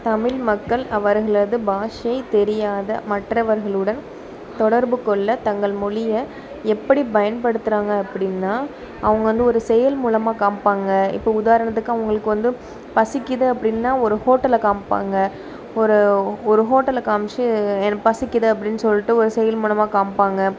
தமிழ் மக்கள் அவர்களது பாஷை தெரியாத மற்றவர்களுடன் தொடர்பு கொள்ள தங்கள் மொழிய எப்படி பயன்படுத்தறாங்க அப்படின்னா அவங்க வந்து ஒரு செயல் மூலமாக காமிப்பாங்க இப்ப உதாரணத்துக்கு அவங்களுக்கு வந்து பசிக்குது அப்படின்னா ஒரு ஹோட்டலை காமிப்பாங்க ஒரு ஒரு ஹோட்டலை காமிச்சு எனக்கு பசிக்குது அப்படின்னு சொல்லிட்டு ஒரு செயல் மூலமா காமிப்பாங்க